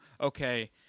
okay